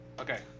Okay